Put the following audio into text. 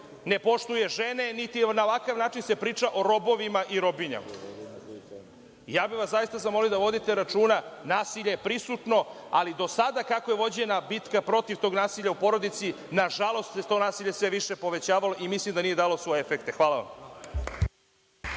ne poštuje žene, niti se na ovakav način priča o robovima i robinjama. Ja bih vas zaista zamolio da vodite računa. Nasilje je prisutno, ali do sada kako je vođena bitka protiv tog nasilja u porodici, nažalost se to nasilje sve više povećavalo i mislim da nije dalo svoje efekte. Hvala.